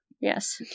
Yes